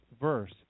verse